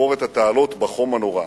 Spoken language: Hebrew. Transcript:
לחפור את התעלות בחום הנורא.